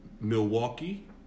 Milwaukee